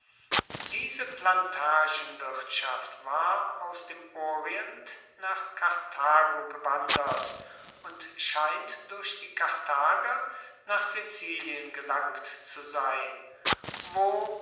diese plantagenwirtschaft war aus dem orient nach karthago gewandert und scheint durch die karthager nach sizilien gelangt zu sein wo